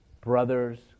brother's